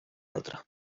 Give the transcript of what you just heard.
altra